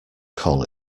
call